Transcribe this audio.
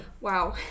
Wow